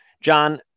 john